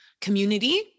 community